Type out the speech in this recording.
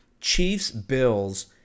Chiefs-Bills